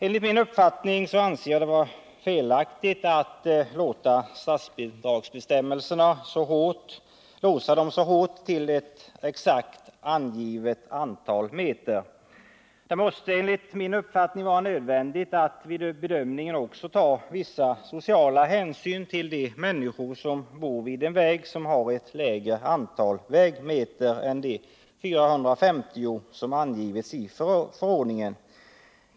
Enligt min uppfattning är det felaktigt att låsa statsbidragsbestämmelserna så hårt vid ett exakt angivet antal meter. Det är som jag ser det nödvändigt att vid bedömningen också ta vissa sociala hänsyn till de människor som bor vid en väg som har ett lägre antal vägmeter än de 450 som anges i föreskrifterna.